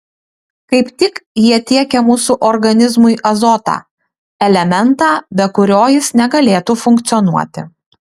kaip tik jie tiekia mūsų organizmui azotą elementą be kurio jis negalėtų funkcionuoti